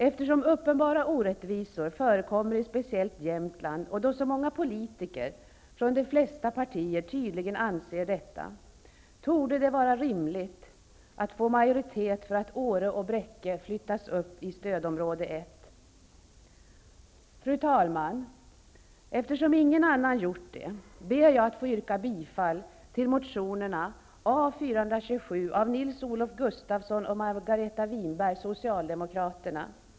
Eftersom uppenbara orättvisor förekommer speciellt i Jämtland och så många politiker från flertalet partier tydligen har samma åsikt, torde det vara rimligt att uppnå en majoritet för att Åre och Fru talman! Jag ber att få yrka bifall, eftersom ingen annan har gjort det, till motionerna A427 av Arne Jansson i Ny demokrati.